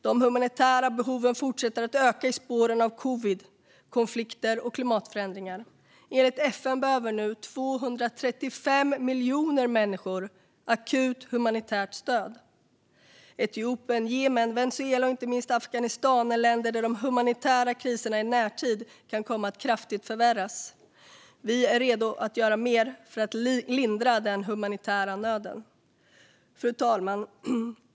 De humanitära behoven fortsätter att öka i spåren av covid, konflikter och klimatförändringar. Enligt FN behöver nu 235 miljoner människor akut humanitärt stöd. Etiopien, Jemen, Venezuela och inte minst Afghanistan är länder där de humanitära kriserna kan komma att förvärras kraftigt i närtid. Vi är redo att göra mer för att lindra den humanitära nöden. Fru talman!